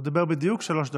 הוא דיבר בדיוק שלוש דקות.